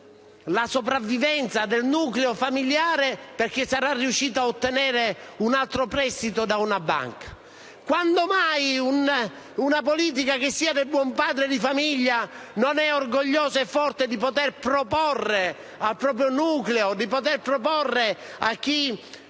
la sopravvivenza del nucleo familiare perché è riuscito ad ottenere un altro prestito da una banca? Quando mai una politica che sia del buon padre di famiglia è orgogliosa di questo e non di poter proporre al proprio nucleo familiare, a chi